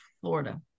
Florida